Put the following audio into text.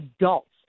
adults